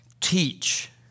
teach